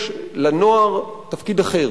יש לנוער תפקיד אחר,